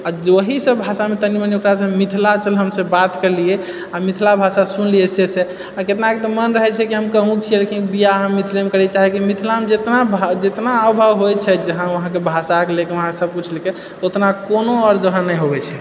आ ओहिसब भाषामे तनि मनि ओकरासँ मिथिलासँ हमसब बात करिलिऐ आ मिथिला भाषा सुनि लिए से से कितनाके तऽ मन रहैत छै कि हम कहुँ छिए लेकिन बिआह हम मिथिलेमे करी किआकि मिथिलामे जितना भाव जितना हाव भाव होइत छै वहाँके भाषाके लएके वहाँके सबकिछु लए के उतना कोनो आओर जगह नहि हुए छै